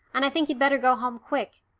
and i think you'd better go home quick.